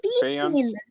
Fans